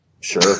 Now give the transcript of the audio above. Sure